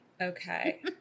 okay